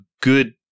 good